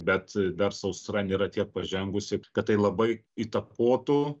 bet dar sausra nėra tiek pažengusi kad tai labai įtakotų